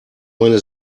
meine